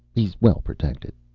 he's well protected.